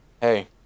Hey